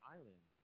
Island